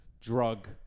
drug